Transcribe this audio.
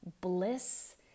bliss